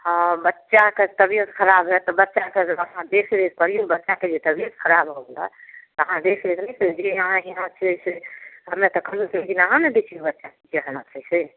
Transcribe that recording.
हँ बच्चाके तबियत खराब हए तऽ बच्चाके अहाँ देखरेख करियौ बच्चाके जे तबियत खराब भऽ गेलै तऽ अहाँ देखरेख नहि करलियै अहाँ यहाँसँ जे छै से हमरा तखनसँ बिना अहाँ ने देखियौ बच्चा केना छै से